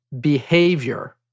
behavior